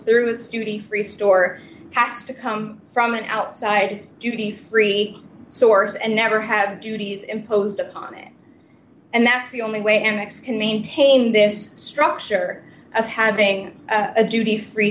through its duty free store has to come from an outside duty free source and never have duties imposed upon it and that's the only way an ex can maintain this structure of having a duty free